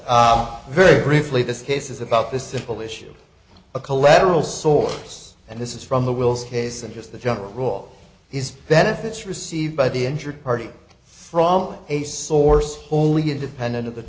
up very briefly this case is about the simple issue of collateral source and this is from the wills case and just the general rule is benefits received by the injured party from a source wholly independent of the